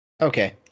Okay